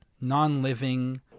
non-living